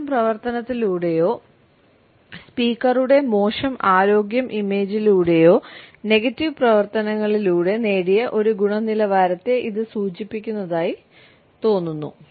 മോശം പ്രവർത്തനത്തിലൂടെയോ സ്പീക്കറുടെ മോശം ആരോഗ്യ ഇമേജിലൂടെയോ നെഗറ്റീവ് പ്രവർത്തനങ്ങളിലൂടെ നേടിയ ഒരു ഗുണനിലവാരത്തെ ഇത് സൂചിപ്പിക്കുന്നതായി തോന്നുന്നു